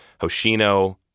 Hoshino